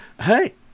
Hey